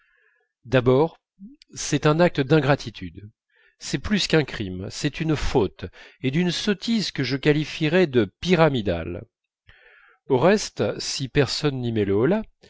d'abord c'est un acte d'ingratitude c'est plus qu'un crime c'est une faute et d'une sottise que je qualifierai de pyramidale au reste si personne n'y met le holà